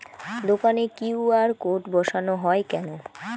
দোকানে QR code বসানো হয় কেন?